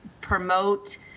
promote